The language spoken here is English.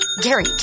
Gary